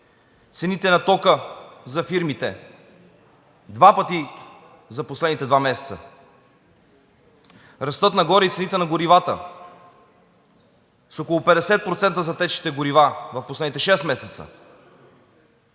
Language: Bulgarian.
цените на тока за фирмите – два пъти за последните два месеца. Растат нагоре и цените на горивата – с около 50% за течните горива в последните шест месеца.